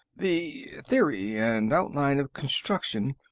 the theory and outline of construction.